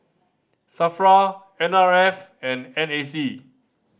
SAFRA N R F and N A C